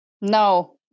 no